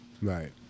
Right